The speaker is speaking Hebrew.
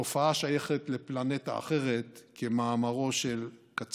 תופעה השייכת לפלנטה אחרת, כמאמרו של ק.